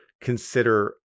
consider